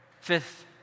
Fifth